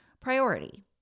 Priority